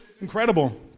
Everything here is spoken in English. Incredible